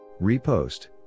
Repost